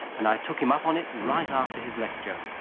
and i took him up on it right after his lecture.